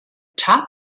top